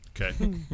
Okay